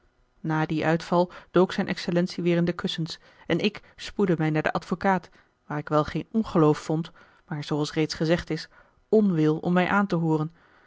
na dien uitval dook zijne excellentie weer in de kussens en ik spoedde mij naar den advocaat waar ik wel geen ongeloof vond maar zooals reeds gezegd is onwil om mij aan te hooren